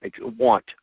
want